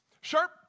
Sharp